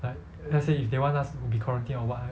like let's say if they want us to be quarantined or what